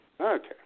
Okay